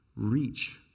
reach